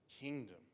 kingdom